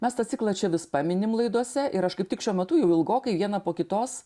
mes tą ciklą čia vis paminim laidose ir aš kaip tik šiuo metu jau ilgokai vieną po kitos